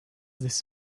this